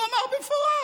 הוא אמר במפורש: